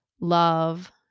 love